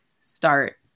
start